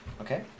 Okay